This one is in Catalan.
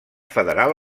federal